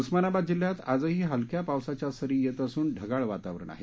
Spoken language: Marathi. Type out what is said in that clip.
उस्मानाबाद जिल्ह्यात आजही हलक्या पावसाच्या सरी येत असून ढगाळ वातावरण आहे